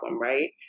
right